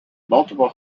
multiple